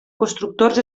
constructors